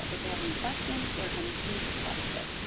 if they have any questions, they're going to change request it.